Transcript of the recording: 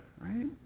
right